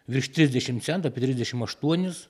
virš trisdešim centų apie trisdešim aštuonis